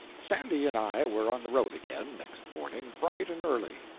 sandy and i were on the road again, next morning, bright and early.